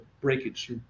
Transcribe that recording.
breakage